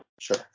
sure